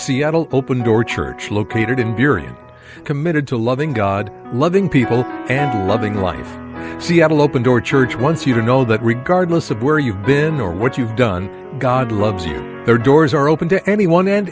seattle open door church located in during committed to loving god loving people and loving life seattle open door church once you are know that regardless of where you've been or what you've done god loves you there doors are open to anyone and